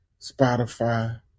Spotify